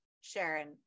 sharon